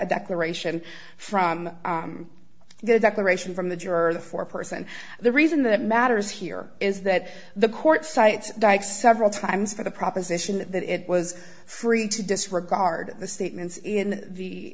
a declaration from their declaration from the jurors for person the reason that matters here is that the court cites dyke's several times for the proposition that it was free to disregard the statements in the